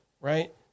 right